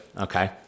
okay